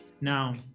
now